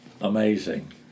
amazing